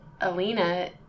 Alina